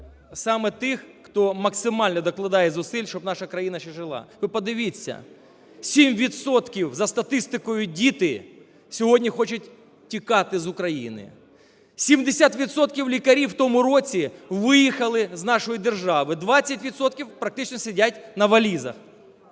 саме тих, хто максимально докладає зусиль, щоб наша країна ще жила. Ви подивіться, 7 відсотків за статистикою, діти, сьогодні хочуть тікати з України. 70 відсотків лікарів в тому році виїхали з нашої держави, 20 відсотків практично сидять на валізах.